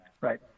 right